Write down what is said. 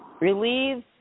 Relieved